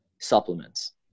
supplements